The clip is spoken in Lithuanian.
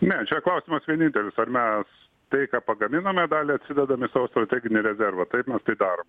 ne čia klausimas vienintelis ar mes tai ką pagaminome dalį atsidedam į savo strateginį rezervą taip mes tai darom